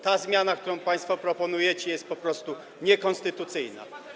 Ta zmiana, którą państwo proponujecie, jest po prostu niekonstytucyjna.